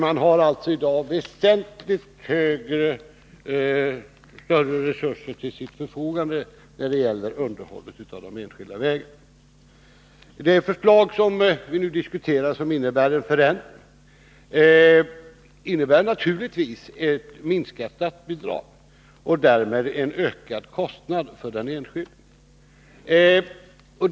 Man har alltså i dag väsentligt större resurser till sitt förfogande för underhållet av de enskilda vägarna. Det förslag som vi nu diskuterar innebär naturligtvis ett minskat statsbidrag och därmed en ökad kostnad för den enskilde.